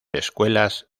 escuelas